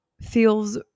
feels